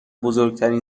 بزرگترین